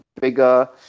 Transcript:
bigger